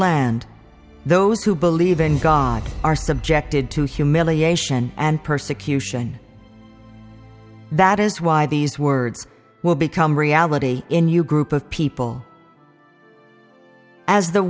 land those who believe in god are subjected to humiliation and persecution that is why these words will become reality in you group of people as the